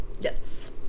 Yes